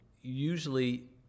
usually